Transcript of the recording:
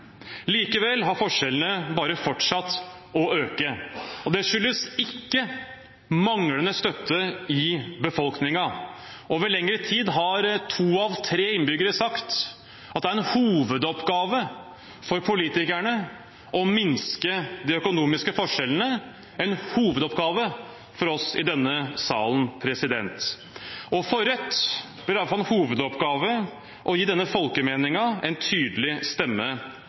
Likevel har forskjellene bare fortsatt å øke, og det skyldes ikke manglende støtte i befolkningen. Over lengre tid har to av tre innbyggere sagt at det er en hovedoppgave for politikerne å minske de økonomiske forskjellene, en hovedoppgave for oss i denne salen. For Rødt blir det i hvert fall en hovedoppgave å gi denne folkemeningen en tydelig stemme